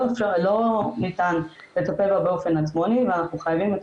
לא ניתן לטפל בה באופן עצמוני ואנחנו חייבים את